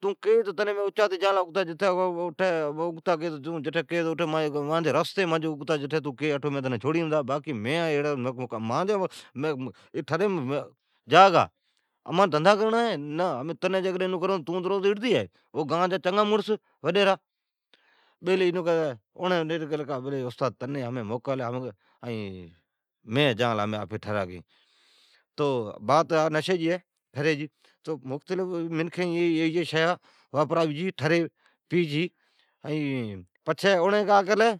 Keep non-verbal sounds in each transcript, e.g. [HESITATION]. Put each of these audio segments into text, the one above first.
تون کیئی تو تنین اچانی جا لان اگتا کٹھی مانجی رستیم جٹھی مین جان ہے اٹھو تن چھوڑین لا۔ باقی، مین اھڑان، مانجی ٹھریم جا کا ہے۔ امان دھندھا کرڑا ہے نہ امین تنین روز ایون کرون تو تون ھڑتی جائی۔ گان جا چنگا مڑس وڈیرا۔ اوڑین نیٹھ ایون کیلی تہ استاد ہمین تنین موکل ہے۔ ائین مین جا لا ھمین آفی ٹھرا گیئین۔ تو بات ہے ٹھری جی، تو ایا مختلف شیا منکھین واپراوی چھی ٹھری ھوی چھی۔ پچھی اوڑین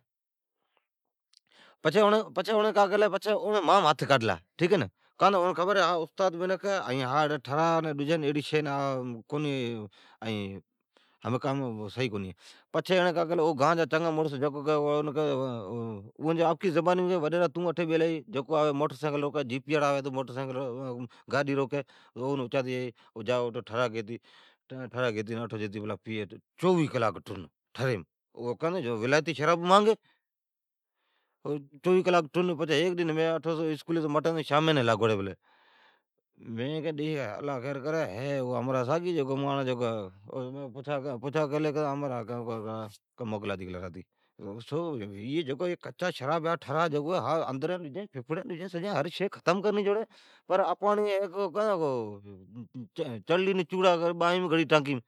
مام ہتھ کاڈھلا کا تو اون کھبر ہے ھا استاد منکھ ہے۔ ھا ٹھران ڈجا ایڑیا شیا [HESITATION] ھمین کام صحیح کونی ہے۔ پچھی جیکڈھن گان جا چنگا مڑس ہے۔ اوا جی آپکی زبانی جکو موٹرسیکلاڑا، گاڈیا ڑا آوی کہ تون اٹھی بیلا ھی، گاڈی روکی اون اچاتی جائی بڑی جا ٹھرا گیتی آویپلا پیئی سجو ڈن ٹھریم ٹن۔ کان تو ولائتی شراب مھانگی سجو ڈن ٹن۔ اسکولیس مٹین تو ڈیکھین شامیانی لگوڑی پلی ہے۔ اللہ خیر کرین تہ ھمراھ ھی ساگوڑان ہے مین پوچھلی تہ ھمراھ موکلاتی گلا ہے۔ ھا کچا ٹھرا جکو ہے اندرام ففڑین ڈجین ختم کرنی چھوڑی [HESITATION] چڑلین چوڑا گڑی ھاتھام گھڑی ٹانکیم۔